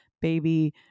baby